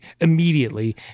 immediately